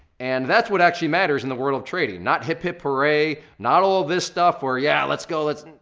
and that's what actually matters in the world of trading, not hip hip hooray, not all of this stuff where yeah, let's go let's,